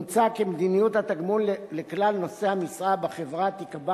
מוצע כי מדיניות התגמול לכלל נושאי המשרה בחברה תיקבע